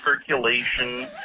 circulation